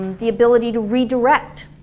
the ability to redirect